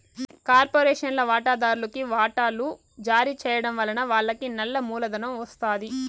కార్పొరేషన్ల వాటాదార్లుకి వాటలు జారీ చేయడం వలన వాళ్లకి నల్ల మూలధనం ఒస్తాది